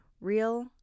real